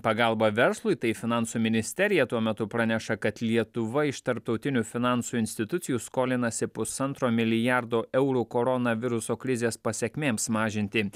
pagalbą verslui tai finansų ministerija tuo metu praneša kad lietuva iš tarptautinių finansų institucijų skolinasi pusantro milijardo eurų koronaviruso krizės pasekmėms mažinti